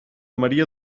maria